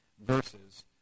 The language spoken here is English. verses